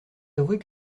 avouer